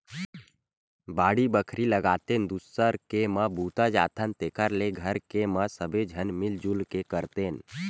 बाड़ी बखरी लगातेन, दूसर के म बूता जाथन तेखर ले घर के म सबे झन मिल जुल के करतेन